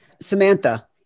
Samantha